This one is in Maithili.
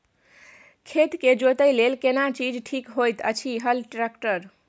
खेत के जोतय लेल केना चीज ठीक होयत अछि, हल, ट्रैक्टर?